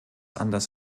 anders